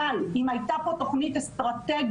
אבל אם הייתה פה תוכנית אסטרטגית,